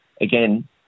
again